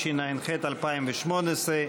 התשע"ח 2018,